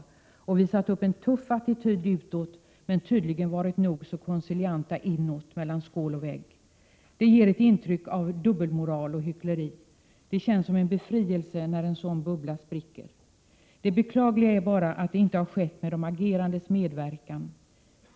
Man har visat upp en tuff attityd utåt men tydligen varit nog så konciliant inåt, mellan skål och vägg. Det ger ett intryck av dubbelmoral och hyckleri. Det känns som en befrielse när en sådan bubbla spricker. Det beklagliga är bara att det inte har skett med de agerandes medverkan.